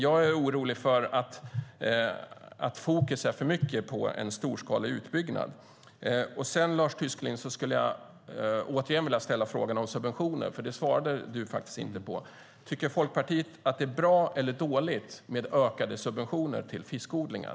Jag är orolig för att fokus alltför mycket ligger på en storskalig utbyggnad. Sedan skulle jag återigen vilja ställa frågan om subventioner, för den svarade du faktiskt inte på. Tycker Folkpartiet att det är bra eller dåligt med ökade subventioner till fiskodlingar?